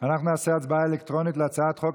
אנחנו נעשה הצבעה אלקטרונית על הצעת חוק